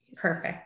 Perfect